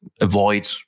avoid